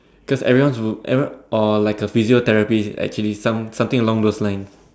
cause everyone everyone or like a physiotherapy actually some something along those line